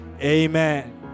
Amen